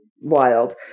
wild